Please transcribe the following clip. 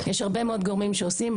יש הרבה מאוד גורמים שעושים,